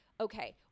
okay